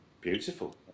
Beautiful